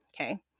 Okay